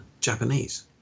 japanese